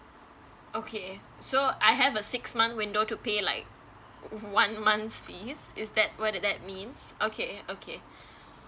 okay so I have a six month window to pay like one month fees is that what that that means okay okay